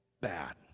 bad